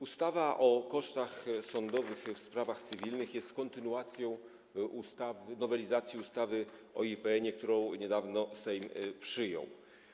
Ustawa o kosztach sądowych w sprawach cywilnych jest kontynuacją nowelizacji ustawy o IPN-ie, którą niedawno Sejm przyjął.